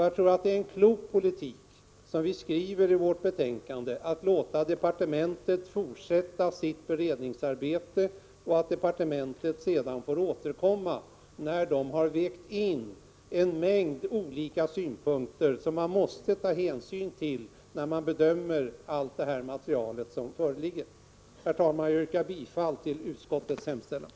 Jag tror att det är en klok politik att, som vi skriver i vårt betänkande, låta departementet fortsätta sitt beredningsarbete och sedan återkomma när man har vägt in en mängd olika synpunkter som man måste ta hänsyn till när man bedömer allt det material som föreligger. Herr talman! Jag yrkar bifall till utskottets hemställan.